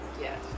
Yes